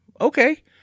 okay